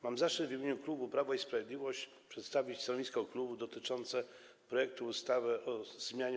Mam zaszczyt w imieniu klubu Prawo i Sprawiedliwość przedstawić stanowisko dotyczące projektu ustawy o zmianie